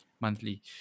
monthly